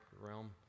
realm